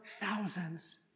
thousands